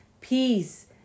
Peace